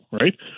right